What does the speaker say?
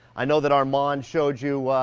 i know that armand showed you